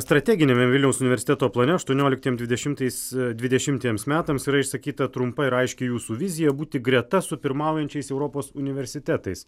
strateginiame vilniaus universiteto plane aštuonioliktiem dvidešimtais dvidešimtiems metams yra išsakyta trumpa ir aiškiai jūsų vizija būti greta su pirmaujančiais europos universitetais